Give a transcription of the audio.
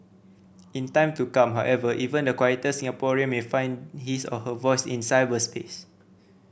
in time to come however even the quieter Singaporean may find his or her voice in cyberspace